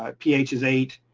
ah ph is eight,